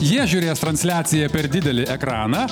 jie žiūrės transliaciją per didelį ekraną